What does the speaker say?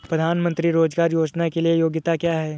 प्रधानमंत्री रोज़गार योजना के लिए योग्यता क्या है?